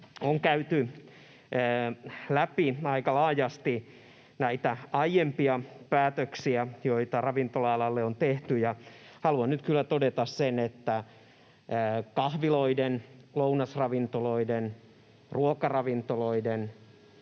on käyty läpi aika laajasti näitä aiempia päätöksiä, joita ravintola-alalle on tehty, ja haluan nyt kyllä todeta sen, että kahviloiden, lounasravintoloiden, ruokaravintoloiden